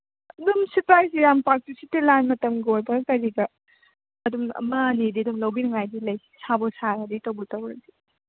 ꯑꯗꯨꯝ ꯁꯤꯠꯄ ꯍꯥꯏꯁꯦ ꯌꯥꯝ ꯄꯥꯛꯇꯤ ꯁꯤꯠꯇꯦ ꯂꯥꯟ ꯃꯇꯝꯒ ꯑꯣꯏꯕꯒ ꯀꯔꯤꯒ ꯑꯗꯨꯝ ꯑꯃ ꯑꯅꯤꯗꯤ ꯑꯗꯨꯝ ꯂꯧꯕꯤꯅꯤꯉꯥꯏꯗꯤ ꯂꯩ ꯁꯥꯕꯨ ꯁꯥꯔꯗꯤ ꯇꯧꯕꯨ ꯇꯧꯔꯗꯤ